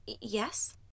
Yes